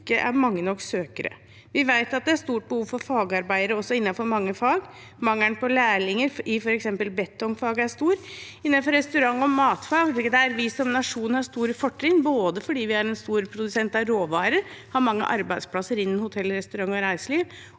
er mange nok søkere. Vi vet at det også er stort behov for fagarbeidere innenfor mange fag. Mangelen på lærlinger i f.eks. betongfaget er stor. Innenfor restaurant- og matfag, der vi som nasjon har store fortrinn – fordi vi både er en stor produsent av råvarer, har mange arbeidsplasser innen hotell, restaurant og reiseliv